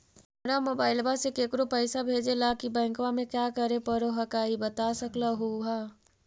हमरा मोबाइलवा से केकरो पैसा भेजे ला की बैंकवा में क्या करे परो हकाई बता सकलुहा?